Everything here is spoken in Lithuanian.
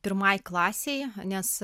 pirmai klasei nes